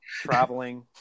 traveling